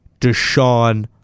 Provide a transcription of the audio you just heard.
Deshaun